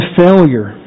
failure